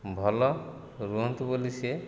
ଭଲ ରୁହନ୍ତୁ ବୋଲି ସିଏ